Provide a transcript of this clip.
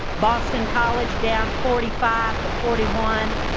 boston college down forty five to forty one,